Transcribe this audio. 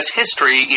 history